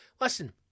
Listen